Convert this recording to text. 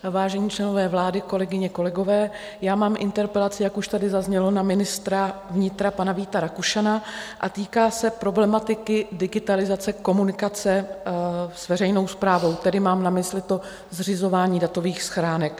Vážení členové vlády, kolegyně, kolegové, já mám interpelaci, jak už tady zaznělo, na ministra vnitra pana Víta Rakušana a týká se problematiky digitalizace, komunikace s veřejnou správou, tedy mám na mysli to zřizování datových schránek.